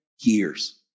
years